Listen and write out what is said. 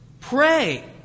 pray